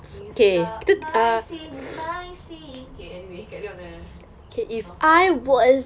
winx club my scene my scene okay anyway kakak nostalgic